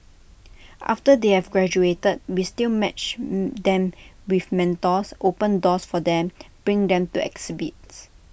after they have graduated we still match them with mentors open doors for them bring them to exhibits